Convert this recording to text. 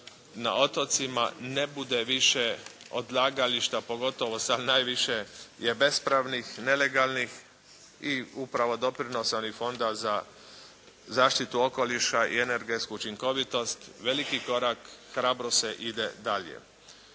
na otocima ne bude više odlagališta pogotovo sa najviše je bespravnih, nelegalnih, i upravo doprinos Fonda za zaštitu okoliša i energetsku učinkovitost veliki korak i hrabro se ide dalje.